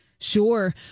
Sure